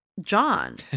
John